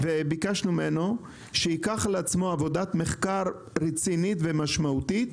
ליזום עבודת מחקר רצינית ומשמעותית